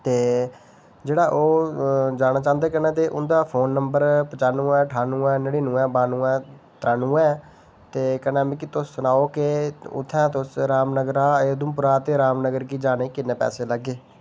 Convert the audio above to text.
ते जेह्ड़ा ओह् जाना चांह्दे कन्नै ते उंदा फोन नम्बर पचानुऐ ठानुऐ नड़ीनुऐ बानुऐ त्रैनुऐ ते कन्नै मिगी तुस सनाओ के कुत्थै तुस रामनगरा उधमपुरा ते रामनगरा गी जाने गी किन्ने पैसे लैगे